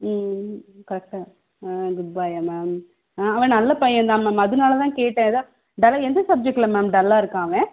ம் கரெக்டா ஆ குட் பாயா மேம் ஆ அவன் நல்ல பையன் தான் மேம் அதுனால் தான் கேட்டேன் எதாக இருந்தாலும் எந்த சப்ஜெக்ட்லில் மேம் டல்லாக இருக்கான் மேம் அவன்